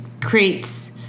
creates